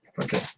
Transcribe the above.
Okay